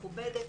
מכובדת.